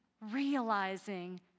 realizing